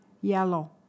yellow